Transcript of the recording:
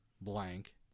blank